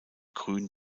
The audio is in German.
grün